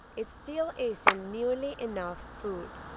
it still isn't nearly enough food.